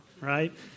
right